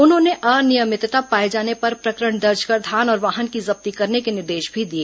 उन्होंने अनियमितता पाए जाने पर प्रकरण दर्ज कर धान और वाहन की जब्ती करने के निर्देश भी दिए